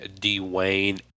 D-Wayne